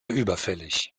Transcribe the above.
überfällig